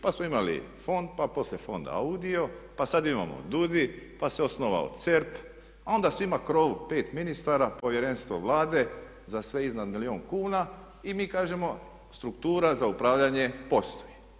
Pa smo imali fond pa poslije fonda AUDI-o pa sad imamo DUUDI pa se osnovao CERP a onda … [[Ne razumije se.]] pet ministara, povjerenstvo Vlade za sve iznad milijun kuna i mi kažemo struktura za upravljanje postoji.